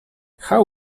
how